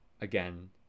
again